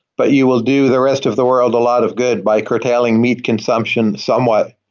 but you will do the rest of the world a lot of good by curtailing meat consumption somewhat.